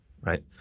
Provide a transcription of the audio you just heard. right